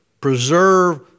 preserve